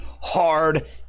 hard